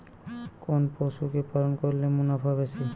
কোন পশু কে পালন করলে মুনাফা বেশি?